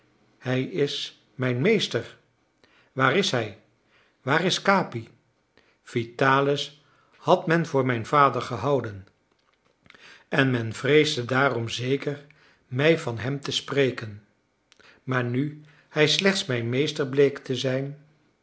hij is mijn meester waar is hij waar is capi vitalis had men voor mijn vader gehouden en men vreesde daarom zeker mij van hem te spreken maar nu hij slechts mijn meester bleek te zijn